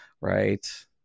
right